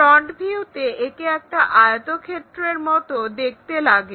front ভিউতে একে একটা আয়তক্ষেত্রের মতো দেখতে লাগে